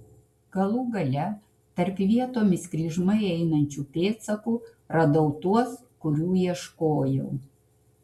galų gale tarp vietomis kryžmai einančių pėdsakų radau tuos kurių ieškojau